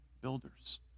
builders